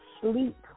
sleep